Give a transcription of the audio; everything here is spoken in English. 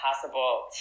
possible